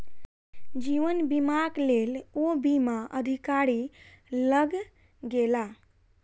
जीवन बीमाक लेल ओ बीमा अधिकारी लग गेला